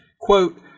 Quote